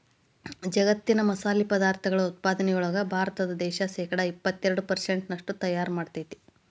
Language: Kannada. ಜಗ್ಗತ್ತಿನ ಮಸಾಲಿ ಪದಾರ್ಥಗಳ ಉತ್ಪಾದನೆಯೊಳಗ ಭಾರತ ದೇಶ ಶೇಕಡಾ ಎಪ್ಪತ್ತೆರಡು ಪೆರ್ಸೆಂಟ್ನಷ್ಟು ತಯಾರ್ ಮಾಡ್ತೆತಿ